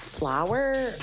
flower